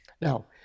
Now